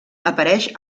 apareix